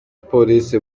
polisi